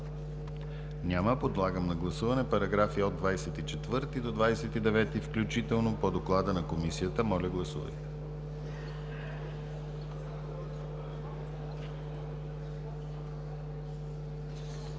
Няма. Подлагам на гласуване параграфи от 24 до 29 включително по доклада на комисията. Гласували